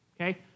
Okay